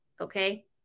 okay